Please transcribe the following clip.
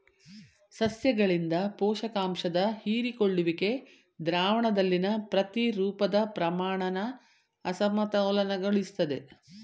ಸಸ್ಯಗಳಿಂದ ಪೋಷಕಾಂಶದ ಹೀರಿಕೊಳ್ಳುವಿಕೆ ದ್ರಾವಣದಲ್ಲಿನ ಪ್ರತಿರೂಪದ ಪ್ರಮಾಣನ ಅಸಮತೋಲನಗೊಳಿಸ್ತದೆ